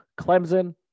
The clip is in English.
Clemson